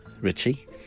Richie